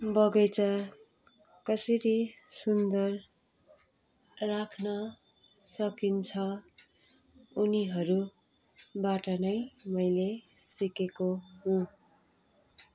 बगैँचा कसरी सुन्दर राख्न सकिन्छ उनीहरूबाट नै मैले सिकेको हुँ